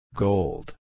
Gold